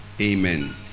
Amen